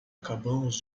acabamos